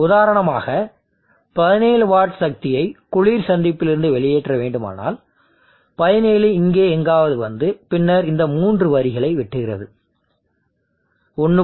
உதாரணமாக 17 வாட் சக்தியை குளிர் சந்திப்பிலிருந்து வெளியேற்ற வேண்டுமானால் 17 இங்கே எங்காவது வந்து பின்னர் இந்த மூன்று வரிகளை வெட்டுகிறது 1